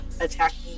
attacking